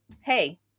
hey